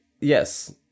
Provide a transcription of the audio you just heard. yes